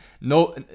no